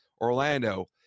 Orlando